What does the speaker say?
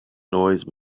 noise